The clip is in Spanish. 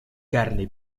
carne